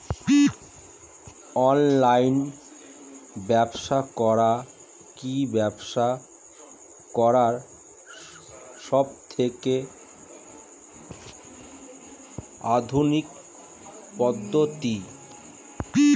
Online ব্যবসা করে কি ব্যবসা করার সবথেকে আধুনিক পদ্ধতি?